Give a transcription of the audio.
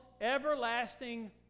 Everlasting